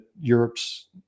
Europe's